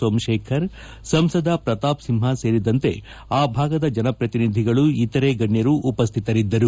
ಸೋಮಶೇಖರ್ ಸಂಸದ ಪ್ರತಾಪ್ ಸಿಂಹ ಸೇರಿದಂತೆ ಆ ಭಾಗದ ಜನಪ್ರತಿನಿಧಿಗಳು ಇತರೆ ಗಣ್ಯರು ಉಪಸ್ಥಿತರಿದ್ದರು